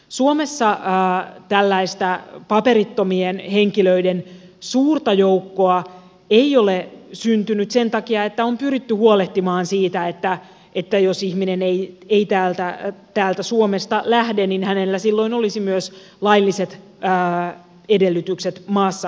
suomessa tällaista paperittomien henkilöiden suurta joukkoa ei ole syntynyt sen takia että on pyritty huolehtimaan siitä että jos ihminen ei täältä suomesta lähde niin hänellä silloin olisi myös lailliset edellytykset maassa oleskella